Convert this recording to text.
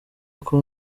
uko